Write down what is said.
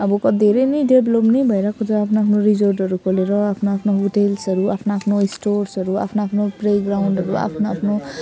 अबको धेरै नै डेभलोप नै भइरहेको छ आफ्नो आफ्नो रिजोर्टहरू खोलेर आफ्नो आफ्नो होटेल्सहरू आफ्नो आफ्नो स्टोर्सहरू आफ्नो आफ्नो प्लेग्राउन्डहरू आफ्नो आफ्नो